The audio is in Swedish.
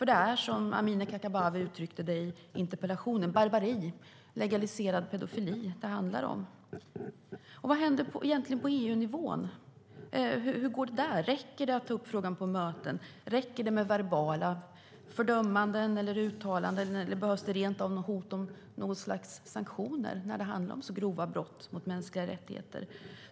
Det är, som Amineh Kakabaveh uttrycker det i interpellationen, barbari och legaliserad pedofili det handlar om. Vad händer egentligen på EU-nivå? Hur går det där? Räcker det att ta upp frågan på möten? Räcker det med verbala fördömanden eller uttalanden? Eller behövs det rent av något hot om något slags sanktioner när det handlar om så grova brott mot mänskliga rättigheter?